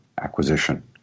acquisition